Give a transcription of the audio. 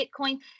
Bitcoin